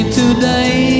today